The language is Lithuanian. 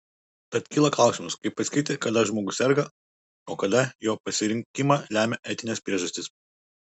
tad kyla klausimas kaip atskirti kada žmogus serga o kada jo pasirinkimą lemia etinės priežastys